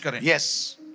Yes